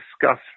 discuss